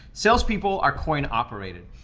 salespeople are coin operated.